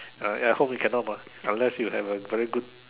uh ya at home you cannot what unless you have a very good